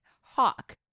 Hawk